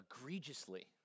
egregiously